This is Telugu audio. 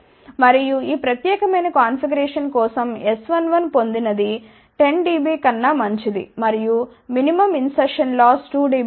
మరియు ఈ ప్రత్యేకమైన కాన్ఫిగరేషన్ కోసం S11 పొందినది 10 dB కన్నా మంచిది మరియు మినిమం ఇంసెర్షన్ లాస్ 2 dB ఉంటుంది